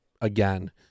again